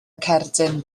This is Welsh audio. cerdyn